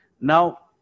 now